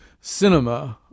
cinema